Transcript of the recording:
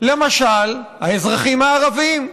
למשל האזרחים הערבים.